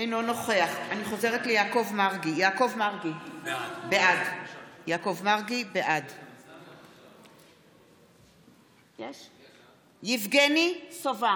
אינו נוכח יבגני סובה,